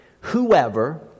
whoever